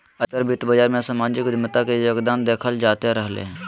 अधिकतर वित्त बाजार मे सामाजिक उद्यमिता के योगदान देखल जाते रहलय हें